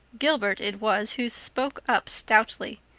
gilbert it was who spoke up stoutly.